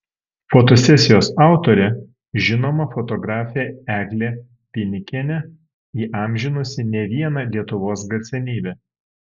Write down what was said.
fotosesijos autorė žinoma fotografė eglė pinikienė įamžinusi ne vieną lietuvos garsenybę